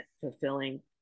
fulfilling